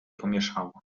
pomieszało